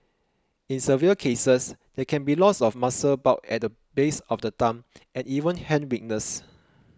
in severe cases there can be loss of muscle bulk at the base of the thumb and even hand weakness